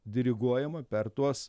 diriguojama per tuos